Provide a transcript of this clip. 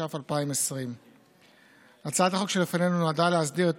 התש"ף 2020. הצעת החוק שלפנינו נועדה להסדיר את